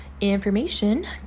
information